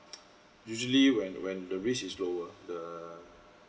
usually when when the risk is lower the